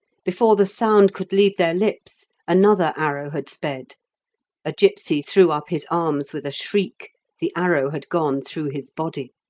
before the sound could leave their lips another arrow had sped a gipsy threw up his arms with a shriek the arrow had gone through his body.